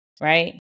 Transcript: right